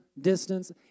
distance